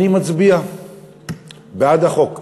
אני מצביע בעד החוק.